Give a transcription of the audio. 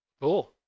cool